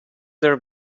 their